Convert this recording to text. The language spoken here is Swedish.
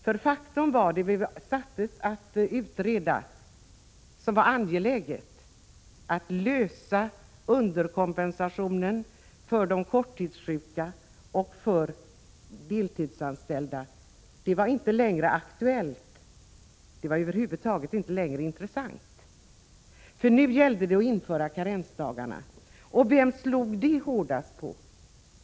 Det som var angeläget att lösa, nämligen frågan om underkompensationen för de korttidssjuka och för de deltidsanställda, var inte längre aktuellt. Det var över huvud taget inte intressant. Nu gällde det att införa karensdagar. Och vem slog det hårdast mot?